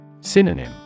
Synonym